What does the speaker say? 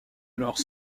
alors